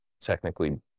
technically